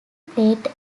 played